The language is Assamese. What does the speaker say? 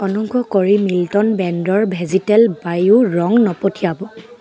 অনুগ্ৰহ কৰি মিল্টন ব্ৰেণ্ডৰ ভেজীতেল বায়' ৰং নপঠিয়াব